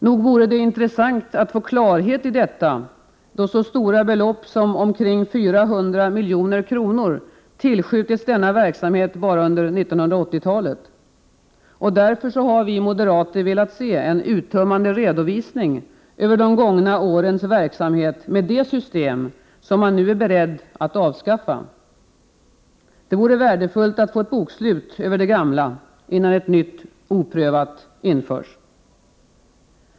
Nog vore det intressant att få klarhet i detta, då så stora belopp som ca 400 milj.kr. tillskjutits denna verksamhet bara under 1980-talet. Därför har vi moderater velat se en uttömmande redovisning över de gångna årens verksamhet med det system som man nu är beredd att avskaffa. Det vore värdefullt att få ett bokslut över det gamla systemet innan ett nytt oprövat system införs.